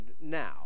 now